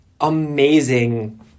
amazing